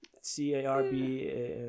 c-a-r-b